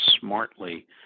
smartly